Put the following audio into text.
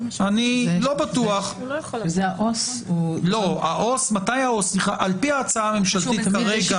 זה העובד הסוציאלי --- על פי ההצעה הממשלתית כרגע,